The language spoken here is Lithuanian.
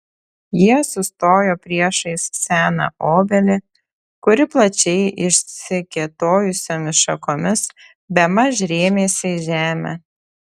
jie sustojo priešais seną obelį kuri plačiai išsikėtojusiomis šakomis bemaž rėmėsi į žemę